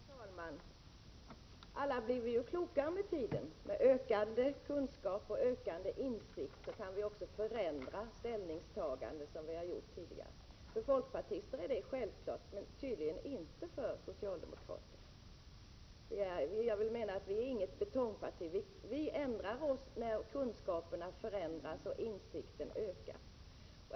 Herr talman! Alla blir vi klokare med åren. Med ökade kunskaper och ökade insikter kan vi också förändra ställningstaganden som vi har gjort tidigare. För folkpartister är detta självklart men tydligen inte för socialdemokrater. Vi är inget betongparti. Vi ändrar oss när kunskaperna förändras och erfarenheterna och insikterna ökar.